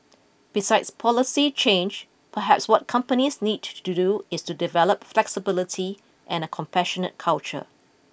besides policy change perhaps what companies need to do is to develop flexibility and a compassionate culture